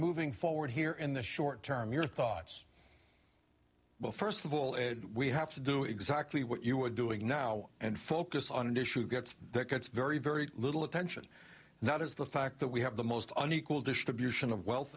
moving forward here in the short term your thoughts well first of all we have to do exactly what you are doing now and focus on an issue gets that gets very very little attention and that is the fact that we have the most unequal distribution of wealth